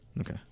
Okay